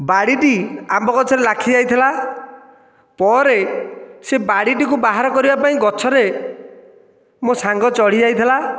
ବାଡ଼ିଟି ଆମ୍ବ ଗଛରେ ଲାଖିଯାଇଥିଲା ପରେ ସେ ବାଡ଼ିଟିକୁ ବାହାର କରିବା ପାଇଁ ଗଛରେ ମୋ' ସାଙ୍ଗ ଚଢ଼ିଯାଇଥିଲା